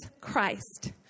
Christ